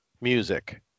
music